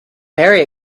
very